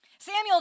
Samuel